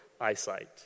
eyesight